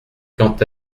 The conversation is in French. quand